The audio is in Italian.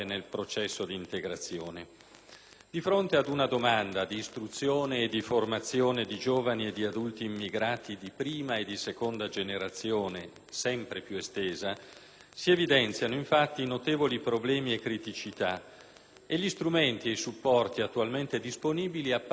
Di fronte ad una domanda d'istruzione e di formazione di giovani e di adulti immigrati di prima e di seconda generazione sempre più estesa, si evidenziano notevoli problemi e criticità e gli strumenti e i supporti attualmente disponibili appaiono insufficienti.